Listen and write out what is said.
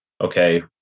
okay